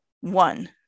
one